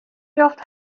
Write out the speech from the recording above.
rjocht